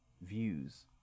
views